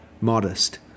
Modest